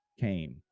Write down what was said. came